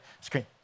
screen